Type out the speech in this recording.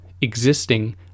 existing